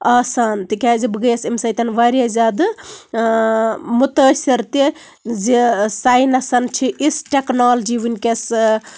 آسان تِکیازِ بہٕ گٔیَس اَمہِ سۭتۍ واریاہ زیادٕ آ مُتٲثر تہِ زِ ساینَسَن چھِ یِژھ ٹیٚکنالجی ؤنکیٚس